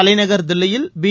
தலைநகர் தில்லியில் பி